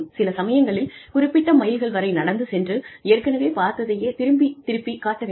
சில சமயங்களில் குறிப்பிட்ட மைல்கள் வரை நடந்து சென்று ஏற்கனவே பார்த்ததையே திருப்பி திருப்பி காட்ட வேண்டும்